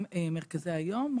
גם במרכזי היום,